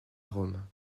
rome